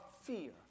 fear